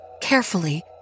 carefully